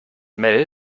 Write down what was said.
mel